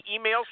emails